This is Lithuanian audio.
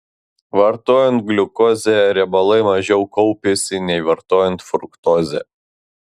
vartojant gliukozę riebalai mažiau kaupiasi nei vartojant fruktozę